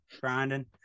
grinding